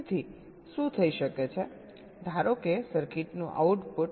તેથી શું થઈ શકે છે ધારો કે સર્કિટનું આઉટપુટ